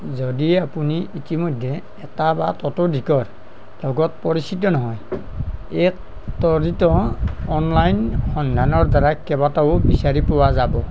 যদি আপুনি ইতিমধ্যে এটা বা তাতোধিকৰ লগত পৰিচিত নহয় এক ত্বৰিত অনলাইন সন্ধানৰদ্বাৰা কেইবাটাও বিচাৰি পোৱা যাব